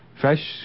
fresh